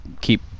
keep